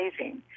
amazing